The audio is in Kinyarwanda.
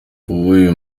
uyu